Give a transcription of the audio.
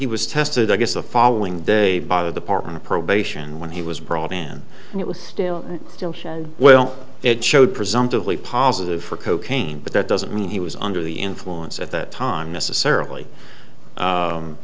he was tested i guess the following day by the department of probation when he was brought in and it was still well it showed presumptively positive for cocaine but that doesn't mean he was under the influence at that time necessarily